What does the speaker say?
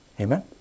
Amen